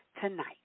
tonight